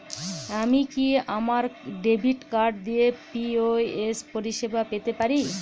আমি কি আমার ডেবিট কার্ড দিয়ে পি.ও.এস পরিষেবা পেতে পারি?